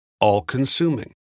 all-consuming